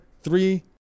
three